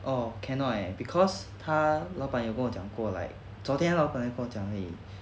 oh cannot leh because 他老板有跟我讲过 like 昨天老板才跟我讲而已